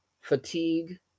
fatigue